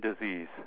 disease